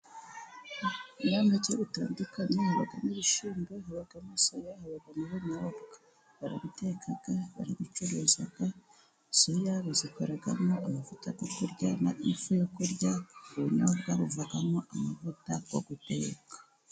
Ibinyampeke bitandukanye, habamo n' ibishyimbo habamo amasoya, habamo ubunyobwa, barabiteka, barabicuruza soya bazikoramo amavuta yo kurya n' ifu yo kurya, ubunyobwa buvamo amavuta yo guteka.